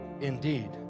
indeed